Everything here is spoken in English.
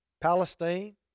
Palestine